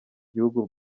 gihugu